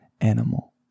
animal